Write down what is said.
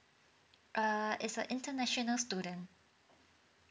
err is a international student